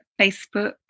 Facebook